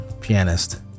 pianist